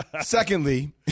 Secondly